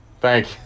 Thank